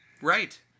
Right